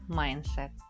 mindset